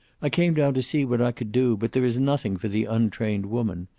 i came down to see what i can do, but there is nothing for the untrained woman.